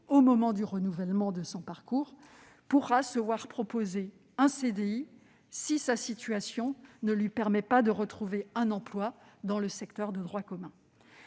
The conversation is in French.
au moment du renouvellement de son parcours pourra se voir proposer un CDI, si sa situation ne lui permet pas de retrouver un emploi dans le secteur de droit commun.